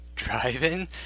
driving